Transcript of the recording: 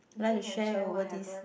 okay you can share what happen